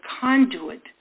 conduit